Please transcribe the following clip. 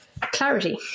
Clarity